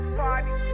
party